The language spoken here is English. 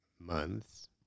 months